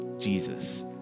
Jesus